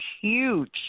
huge